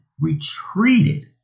retreated